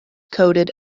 coded